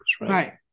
right